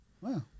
wow